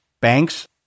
banks